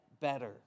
better